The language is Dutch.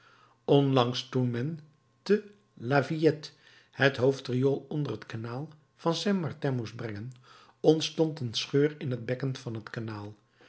onlangs toen men te la villette het hoofdriool onder het kanaal van saint martin moest brengen ontstond een scheur in het bekken van het kanaal